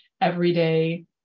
everyday